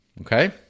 okay